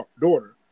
daughter